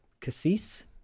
Cassis